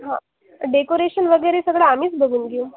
हां डेकोरेशन वगैरे सगळं आम्हीच बघून घेऊ